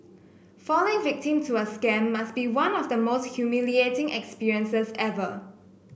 falling victim to a scam must be one of the most humiliating experiences ever